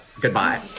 Goodbye